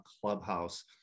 Clubhouse